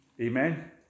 Amen